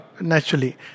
naturally